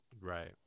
Right